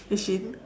is she in